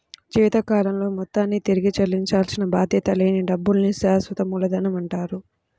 జీవితకాలంలో మొత్తాన్ని తిరిగి చెల్లించాల్సిన బాధ్యత లేని డబ్బుల్ని శాశ్వత మూలధనమంటారు